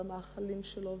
על המאכלים שלו,